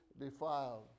defiled